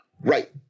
Right